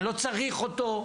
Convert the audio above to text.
אני לא צריך אותו,